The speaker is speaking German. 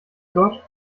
gott